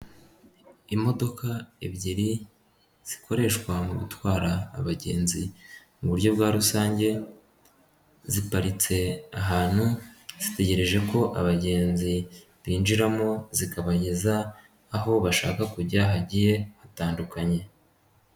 Imodoka ebyiri, zikoreshwa mu gutwara abagenzi mu buryo bwa rusange, ziparitse ahantu zitegereje ko abagenzi binjiramo zikabageza aho bashaka kujya hagiye hatandukanye.